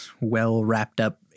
well-wrapped-up